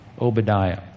Obadiah